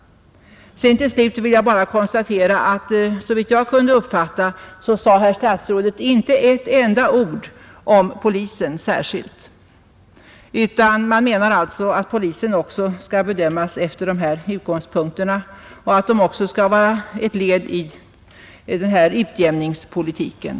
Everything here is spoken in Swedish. Till slut vill jag bara konstatera att såvitt jag kunde uppfatta sade herr — Nr 71 statsrådet inte ett enda ord om polisen särskilt, utan man menar alltså att även polisen skall bedömas efter de här utgångspunkterna och att de också skall vara ett led i utjämningspolitiken.